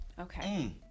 Okay